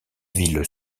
ville